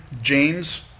James